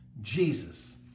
Jesus